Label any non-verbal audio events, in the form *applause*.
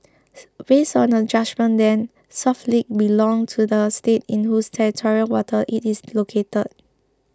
*noise* based on the judgement then South Ledge belonged to the state in whose territorial waters it is located